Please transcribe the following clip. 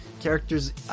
characters